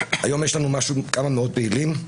יש לנו היום כמה מאות פעילים,